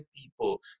people